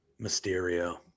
Mysterio